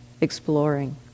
exploring